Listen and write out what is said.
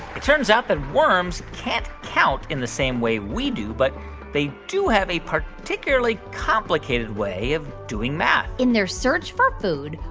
it turns out that worms can't count in the same way we do, but they do have a particularly complicated way of doing math in their search for food,